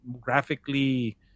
graphically